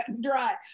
dry